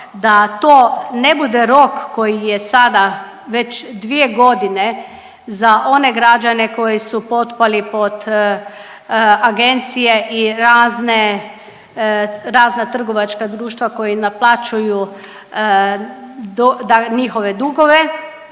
da to ne bude rok koji je sada već 2 godine za one građane koji su potpali pod agencije i razne, razna trgovačka društva koji naplaćuju da njihove dugove